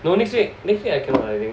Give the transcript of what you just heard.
no next week next week I cannot lah I think